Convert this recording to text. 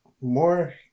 more